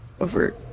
over